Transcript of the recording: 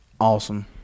awesome